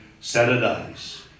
Saturdays